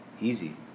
easy